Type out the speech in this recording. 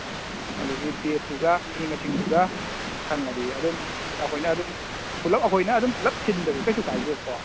ꯑꯗꯨꯒꯤ ꯗꯦꯠꯇꯨꯒ ꯃꯤ ꯃꯁꯤꯡꯗꯨꯒ ꯈꯪꯉꯗꯤ ꯑꯗꯨꯝ ꯑꯩꯈꯣꯏꯅ ꯑꯗꯨꯝ ꯄꯨꯂꯞ ꯑꯩꯈꯣꯏꯅ ꯑꯗꯨꯝ ꯄꯨꯂꯞ ꯁꯤꯟꯕꯁꯨ ꯀꯩꯁꯨ ꯀꯥꯏꯗꯦꯕꯀꯣ